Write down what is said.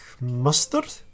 mustard